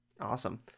Awesome